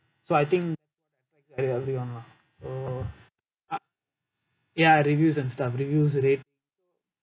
so I think everyone lah so ya reviews and stuff reviews rate